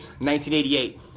1988